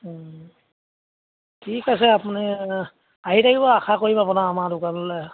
ঠিক আছে আপুনি আহি থাকিব আশা কৰিম আপোনাৰ আমাৰ দোকানলৈ